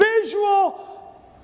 visual